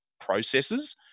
processes